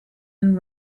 and